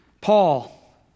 Paul